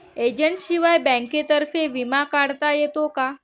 एजंटशिवाय बँकेतर्फे विमा काढता येतो का?